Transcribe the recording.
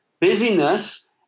Busyness